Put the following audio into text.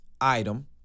item